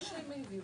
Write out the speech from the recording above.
בגלל שמוכרים